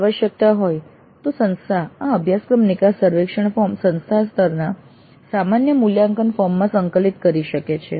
જો આવશ્યકતા હોય તો સંસ્થા આ અભ્યાસક્રમ નિકાસ સર્વેક્ષણ ફોર્મ સંસ્થા સ્તરના સામાન્ય મૂલ્યાંકન ફોર્મમાં સંકલિત કરી શકે છે